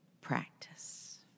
practice